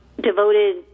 devoted